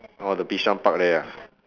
orh the bishan park there ah